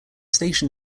station